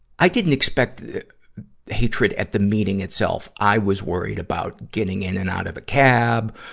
i didn't expect hatred at the meeting itself. i was worried about getting in and out of a cab,